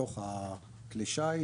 בתוך כלי השיט.